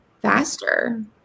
faster